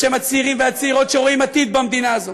בשם הצעירים והצעירות שרואים עתיד במדינה הזאת,